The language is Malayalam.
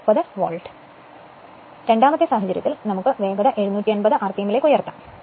ഇപ്പോൾ രണ്ടാമത്തെ സാഹചര്യത്തിൽ നമുക്ക് വേഗത 750 ആർപിഎമ്മിലേക്ക് ഉയർത്താം